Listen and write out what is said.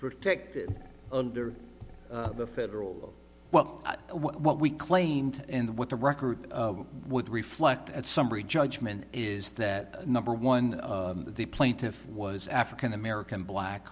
protected under the federal well what we claimed and what the record would reflect at summary judgment is that number one the plaintiff was african american black